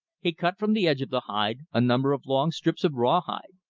he cut from the edge of the hide a number of long strips of raw-hide,